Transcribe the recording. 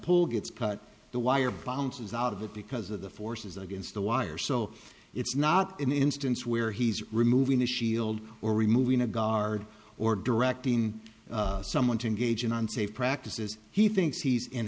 pull gets cut the wire bounces out of it because of the forces against the wire so it's not an instance where he removing the shield or removing a guard or directing someone to engage in unsafe practices he thinks he's